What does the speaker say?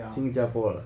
新加坡的